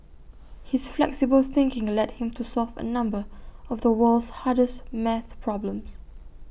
his flexible thinking led him to solve A number of the world's hardest math problems